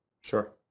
sure